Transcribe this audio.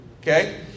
Okay